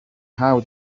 how